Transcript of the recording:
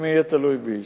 אם יהיה תלוי בי,